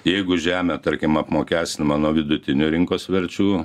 jeigu žemė tarkim apmokestinama nuo vidutinių rinkos verčių